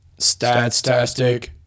Stats-tastic